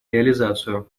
реализацию